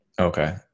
Okay